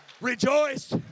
Rejoice